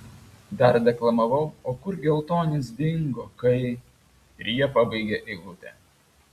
dar deklamavau o kur geltonis dingo kai ir jie pabaigė eilutę